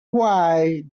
why